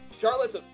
Charlotte's